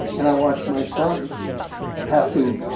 and i watched my sons have to